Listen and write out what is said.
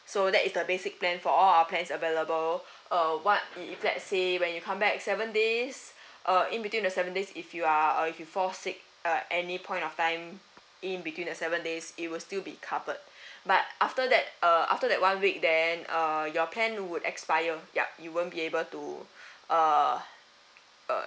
so that is the basic plan for all our plans available uh what if if let say when you come back seven days uh in between the seven days if you are uh if you fall sick uh any point of time in between the seven days it will still be covered but after that uh after that one week then uh your plan would expire yup you won't be able to uh uh